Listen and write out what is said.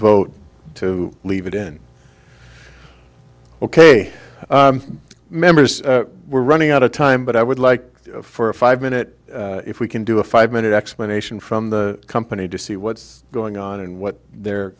vote to leave it in ok members we're running out of time but i would like for a five minute if we can do a five minute explanation from the company to see what's going on and what their